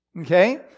Okay